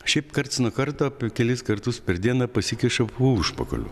šiaip karts nuo karto kelis kartus per dieną pasikiša po užpakaliu